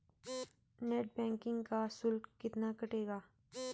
Net banking का शुल्क कितना कटेगा?